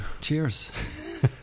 Cheers